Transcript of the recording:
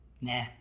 nah